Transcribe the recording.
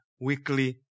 weekly